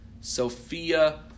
Sophia